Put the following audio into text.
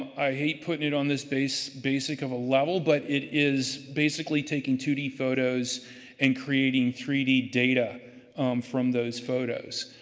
i hate putting it on this basic of a level. but, it is basically taking two d photos and creating three d data from those photos.